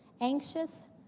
anxious